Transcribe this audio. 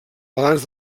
balanç